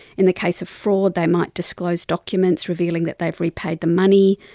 in the case of fraud they might disclose documents revealing that they have repaid the money.